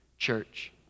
Church